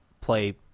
play